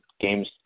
games